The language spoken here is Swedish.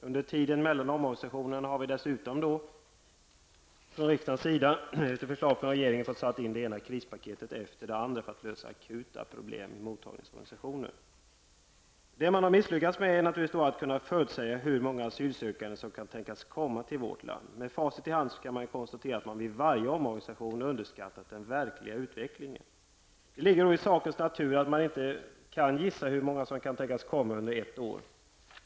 Under tiden mellan omorganisationerna har riksdagen, efter förslag från regeringen, fått sätta in det ena krispaketet efter det andra för att lösa akuta problem i mottagningsorganisationen. Vad vi har misslyckats med är att förutsäga hur många asylsökande som kan tänkas komma till vårt land. Med facit i hand kan vi nu konstatera att vi inför varje omorganisation har underskattat den verkliga utvecklingen. Det ligger därför i sakens natur att man bara kan gissa hur många asylsökande som kan tänkas komma hit under ett år.